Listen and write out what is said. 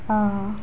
অঁ অঁ